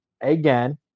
again